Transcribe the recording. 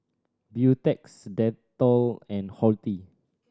Beautex Dettol and Horti